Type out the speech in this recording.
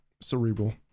cerebral